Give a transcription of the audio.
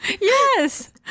Yes